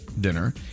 dinner